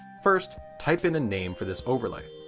first, type in name for this overlay.